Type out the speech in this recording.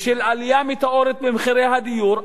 ושל עלייה מטאורית במחירי הדיור,